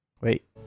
Wait